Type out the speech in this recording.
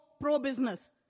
pro-business